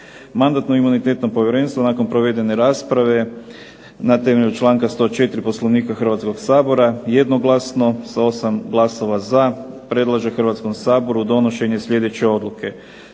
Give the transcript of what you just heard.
Mandatno-imunitetno povjerenstvo nakon provedene rasprave na temelju članka 104. Poslovnika Hrvatskog sabora jednoglasno sa 8 glasova za predlaže Hrvatskom saboru donošenje sljedeće odluke: